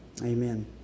Amen